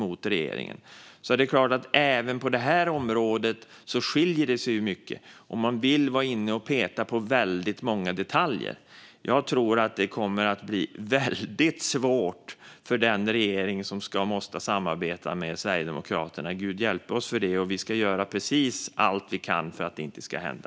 Även det på detta område är det ju stor skillnad, och man vill vara inne och peta på väldigt många detaljer. Jag tror att det kommer att bli väldigt svårt för den regering som måste samarbeta med Sverigedemokraterna. Gud hjälpe oss - vi ska göra precis allt vi kan för att det inte ska hända.